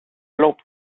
lampe